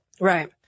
Right